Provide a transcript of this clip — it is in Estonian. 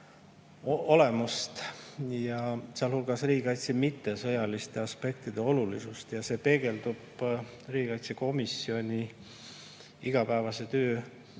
olemust ja sealhulgas riigikaitse mittesõjaliste aspektide olulisust. See peegeldub riigikaitsekomisjoni igapäevase töö